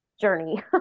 journey